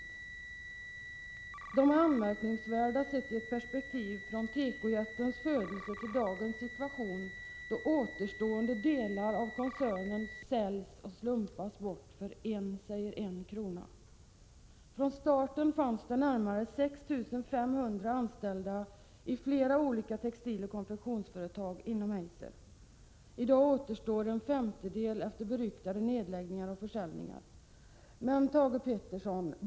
Uttalandet är anmärkningsvärt sett i ett perspektiv från tekojättens födelse till dagens situation, då återstående delar av koncernen säljs och slumpas bort för en krona. Från början fanns det närmare 6 500 anställda i flera olika textiloch konfektionsföretag inom Eiserkoncernen. I dag återstår en femtedel efter beryktade nedläggningar och försäljningar. Thage Peterson!